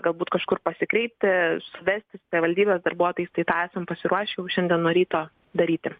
galbūt kažkur pasikreipti vestis savivaldybės darbuotojus tai tą esam pasiruošę jau šiandien nuo ryto daryti